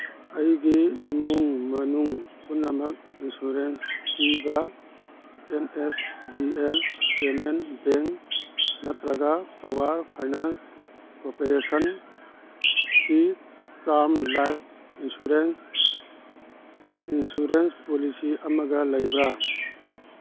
ꯑꯩꯒꯤ ꯏꯃꯨꯡ ꯃꯅꯨꯡ ꯄꯨꯝꯅꯃꯛ ꯏꯟꯁꯨꯔꯦꯟꯁ ꯄꯤꯕ N S G L payment bank ꯅꯠꯇ꯭ꯔꯒ ꯄꯋꯥꯔ ꯐꯩꯅꯥꯟꯁ ꯀꯣꯄꯔꯦꯁꯟꯒꯤ term life insurance insurance policy ꯑꯃꯒ ꯂꯩꯕ꯭ꯔ